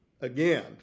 again